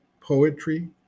poetry